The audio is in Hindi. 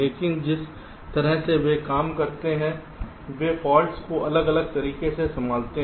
लेकिन जिस तरह से वे काम करते हैं वे फॉल्ट्स को अलग अलग तरीके से संभालते हैं